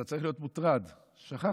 אתה צריך להיות מוטרד, שכחת.